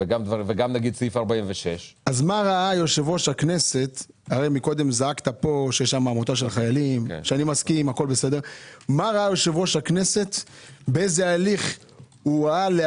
וגם את סעיף 46. באיזה הליך ראה יושב-ראש